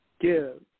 give